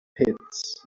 pits